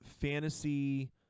fantasy